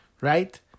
Right